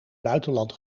buitenland